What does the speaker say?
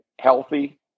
healthy